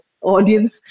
audience